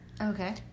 Okay